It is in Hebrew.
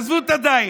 עזבו את הדיאט,